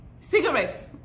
cigarettes